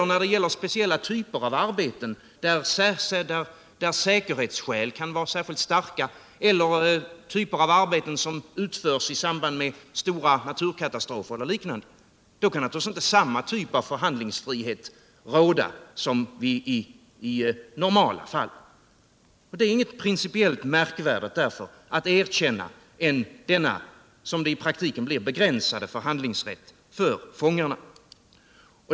När det gäller speciella typer av arbeten, där säkerhetsskäl kan vara särskilt starka eller arbeten som utförs i samband med stora naturkatastrofer eller liknande, kan naturligtvis inte samma typ av förhandlingsfrihet råda som i normala fall. Därför är det inget principiellt märkvärdigt att erkänna denna — som det blir i praktiken — begränsade förhandlingsrätt för fångarna.